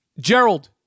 Gerald